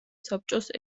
საბჭოს